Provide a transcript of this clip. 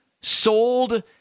sold